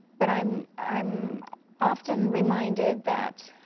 but i'm i'm often reminded that